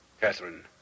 Catherine